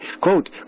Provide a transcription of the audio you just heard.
Quote